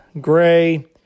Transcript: gray